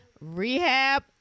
Rehab